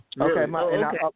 Okay